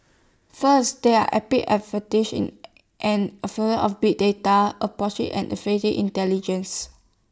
first there are in and of big data and intelligence